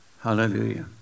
hallelujah